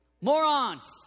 morons